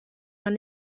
man